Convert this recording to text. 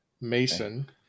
Mason